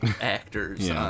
actors